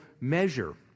measure